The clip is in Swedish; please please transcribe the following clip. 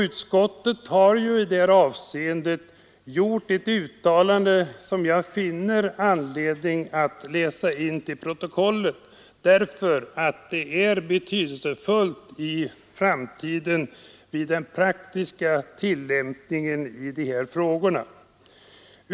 Utskottet har ju i detta avseende gjort ett uttalande, som jag finner anledning att läsa in i protokollet, eftersom det är betydelsefullt för den praktiska tillämpningen i framtiden.